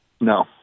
No